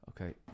okay